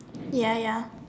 ya ya